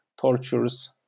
tortures